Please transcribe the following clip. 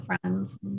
friends